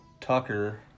Tucker